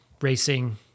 racing